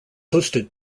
hosted